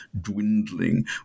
dwindling